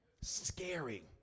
scary